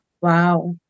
Wow